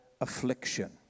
affliction